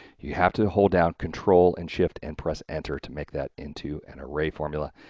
you have to hold down control and shift and press enter to make that into an array formula,